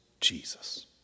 Jesus